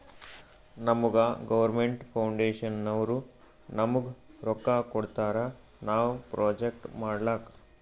ನಮುಗಾ ಗೌರ್ಮೇಂಟ್ ಫೌಂಡೇಶನ್ನವ್ರು ನಮ್ಗ್ ರೊಕ್ಕಾ ಕೊಡ್ತಾರ ನಾವ್ ಪ್ರೊಜೆಕ್ಟ್ ಮಾಡ್ಲಕ್